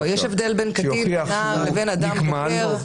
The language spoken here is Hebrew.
שיוכיח שהוא נגמל,